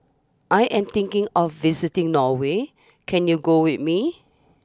I am thinking of visiting Norway can you go with me